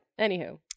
Anywho